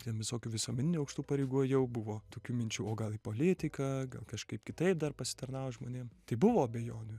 ten visokių visuomeninių aukštų pareigų ėjau buvo tokių minčių o gal į politiką gal kažkaip kitaip dar pasitarnaut žmonėm tai buvo abejonių